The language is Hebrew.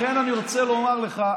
לכן אני רוצה לומר לך,